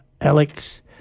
Alex